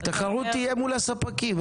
התחרות תהיה מול הספקים.